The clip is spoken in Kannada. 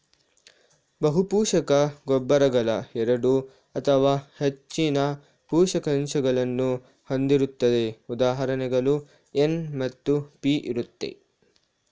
ಬಹುಪೋಷಕ ಗೊಬ್ಬರಗಳು ಎರಡು ಅಥವಾ ಹೆಚ್ಚಿನ ಪೋಷಕಾಂಶಗಳನ್ನು ಹೊಂದಿರುತ್ತದೆ ಉದಾಹರಣೆಗೆ ಎನ್ ಮತ್ತು ಪಿ ಇರುತ್ತೆ